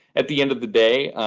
at the end of the day,